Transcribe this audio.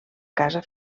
casa